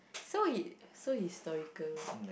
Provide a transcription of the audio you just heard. so his~ so historical